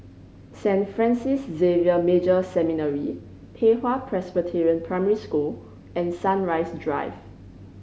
Saint Francis Xavier Major Seminary Pei Hwa Presbyterian Primary School and Sunrise Drive